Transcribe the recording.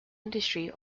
industry